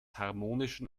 harmonischen